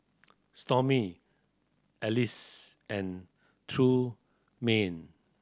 Stormy Alease and Trumaine